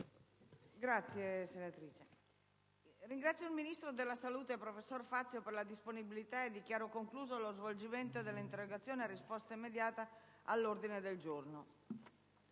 finestra"). Ringrazio il ministro della salute, professor Fazio, per la disponibilità e dichiaro concluso lo svolgimento delle interrogazioni a risposta immediata all'ordine del giorno.